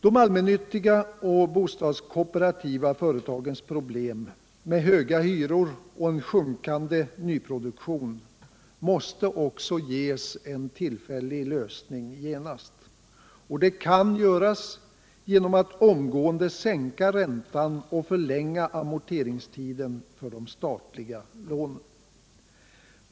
De allmännyttiga och bostadskooperativa företagens problem med höga hyror och en sjunkande nyproduktion måste också ges en tillfällig lösning genast. Det kan göras genom att omgående sänka räntan och förlänga amorteringstiden för de statliga lånen.